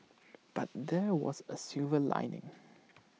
but there was A silver lining